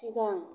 सिगां